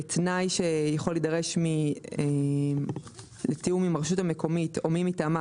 שמתייחסת לתנאי שיכול להידרש לתיאום עם הרשות המקומית או מי מטעמה,